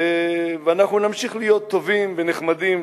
אנחנו נמשיך להיות טובים ונחמדים,